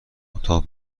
اتاق